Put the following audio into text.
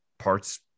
Parts